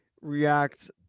react